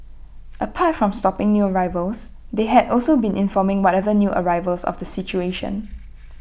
apart from stopping new arrivals they had also been informing whatever new arrivals of the situation